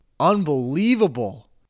unbelievable